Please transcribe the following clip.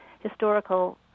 historical